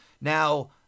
Now